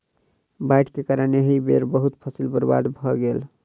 बाइढ़ के कारण एहि बेर बहुत फसील बर्बाद भअ गेल